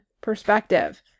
perspective